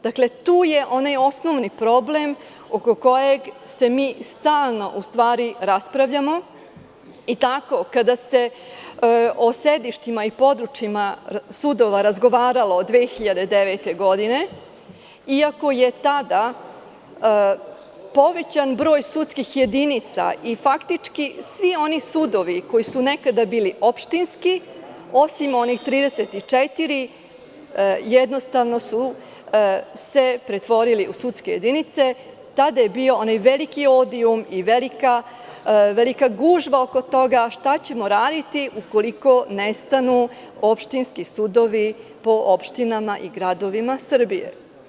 Dakle, tu je onaj osnovni problem oko kojeg se mi stalno raspravljamo i tako kada se o sedištima i područjima razgovaralo 2009. godine, iako je tada povećan broj sudskih jedinica, i faktički svi oni sudovi koji su nekada bili opštinski, osim onih 34, jednostavno su se pretvorile u sudske jedinice, tada je bila ona velika gužva oko toga šta ćemo raditi ukoliko nestanu opštinski sudovi po opštinama i gradovima Srbije.